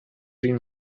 green